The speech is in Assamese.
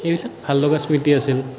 সেইবিলাক ভাল লগা স্মৃতি আছিল